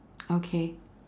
okay